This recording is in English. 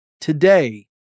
Today